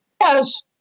Yes